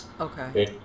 Okay